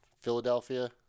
Philadelphia